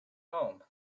home